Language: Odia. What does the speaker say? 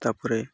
ତା'ପରେ